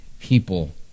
people